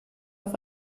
auf